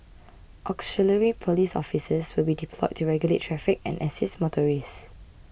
auxiliary police officers will be deployed to regulate traffic and assist motorists